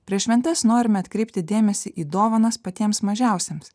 prieš šventes norime atkreipti dėmesį į dovanas patiems mažiausiems